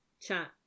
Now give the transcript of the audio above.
chat